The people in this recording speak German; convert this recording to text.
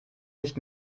nicht